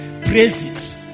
praises